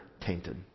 tainted